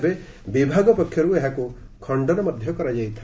ତେବେ ବିଭାଗ ପକ୍ଷରୁ ଏହାକୁ ଖଣ୍ତନ କରାଯାଇଥିଲା